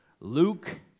Luke